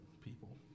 people